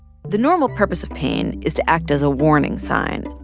the normal purpose of pain is to act as a warning sign.